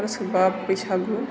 आरो सोरबा बैसागु